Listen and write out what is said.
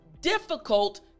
difficult